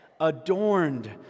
adorned